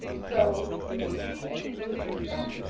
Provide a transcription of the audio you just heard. so we we can't prove that,